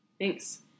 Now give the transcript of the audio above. Thanks